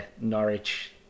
Norwich